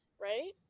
right